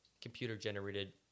computer-generated